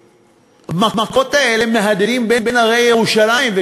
והמכות האלה מהדהדות בין הרי ירושלים.